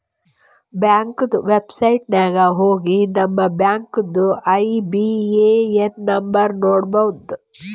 ಬ್ಯಾಂಕ್ದು ವೆಬ್ಸೈಟ್ ನಾಗ್ ಹೋಗಿ ನಮ್ ಬ್ಯಾಂಕ್ದು ಐ.ಬಿ.ಎ.ಎನ್ ನಂಬರ್ ನೋಡ್ಬೋದ್